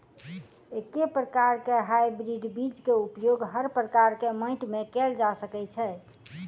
एके प्रकार केँ हाइब्रिड बीज केँ उपयोग हर प्रकार केँ माटि मे कैल जा सकय छै?